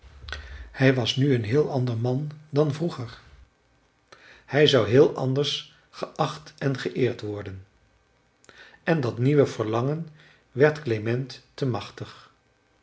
hij was nu een heel ander man dan vroeger hij zou heel anders geacht en geëerd worden en dat nieuwe verlangen werd klement te machtig